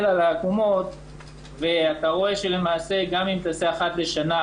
על העקומות ואתה רואה שלמעשה גם אם תעשה אחת לשנה,